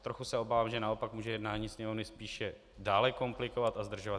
Trochu se obávám, že naopak může jednání Sněmovny spíše dále komplikovat a zdržovat.